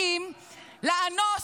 לחמאסניקים לאנוס,